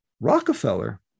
Rockefeller